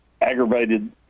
aggravated